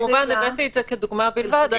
כמובן, הבאתי את זה כדוגמה בלבד.